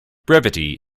brevity